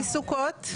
צבי סוכות.